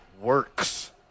works